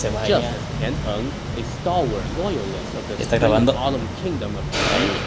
just as tian heng, a stalwart loyalist of the spring and autumn kingdom of qi,